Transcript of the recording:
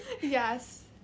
Yes